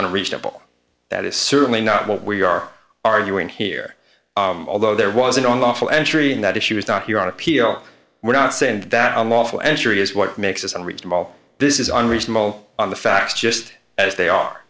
a reasonable that is certainly not what we are arguing here although there was an awful entry in that if she was not here on appeal we're not saying that unlawful entry is what makes this and reasonable this is unreasonable on the fast just as they are